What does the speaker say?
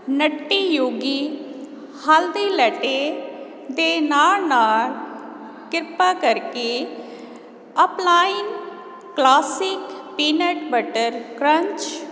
Nutty Yogi haldi latte ਦੇ ਨਾਲ ਨਾਲ ਕ੍ਰਿਪਾ ਕਰਕੇ ਅਪਲਾਈਨ ਕਲਾਸਿਕ ਪੀਨਟ ਬਟਰ ਕਰੰਚ